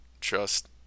trust